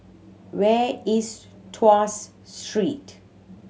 where is Tuas Street